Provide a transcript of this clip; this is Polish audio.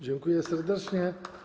Dziękuję serdecznie.